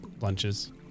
lunches